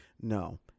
no